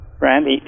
Randy